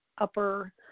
upper